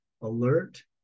alert